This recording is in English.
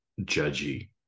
judgy